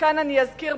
וכאן אני אזכיר,